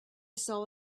saw